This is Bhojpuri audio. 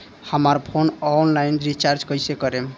हमार फोन ऑनलाइन रीचार्ज कईसे करेम?